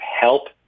help